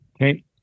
okay